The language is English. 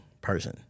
person